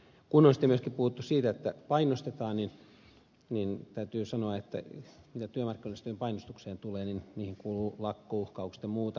kun on sitten myöskin puhuttu siitä että painostetaan niin täytyy sanoa mitä työmarkkinajärjestöjen painostukseen tulee niin niihin kuuluvat lakkouhkaukset ja muuta